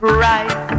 right